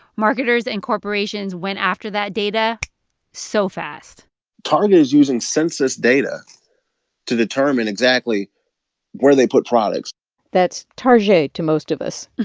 marketers and corporations went after that data so fast target is using census data to determine exactly where they put products that's targey to most of us